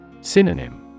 Synonym